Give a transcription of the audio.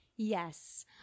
Yes